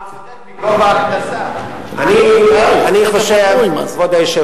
הם לא שותים חלב, לא אוכלים לחם.